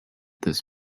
this